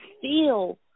feel